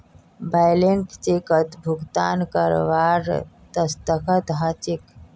blank चेकत भुगतानकर्तार दस्तख्त ह छेक